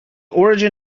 origin